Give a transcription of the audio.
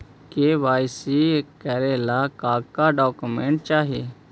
KYC करे ला का का डॉक्यूमेंट चाही?